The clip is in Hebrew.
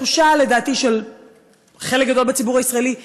התחושה של חלק גדול בציבור הישראלי,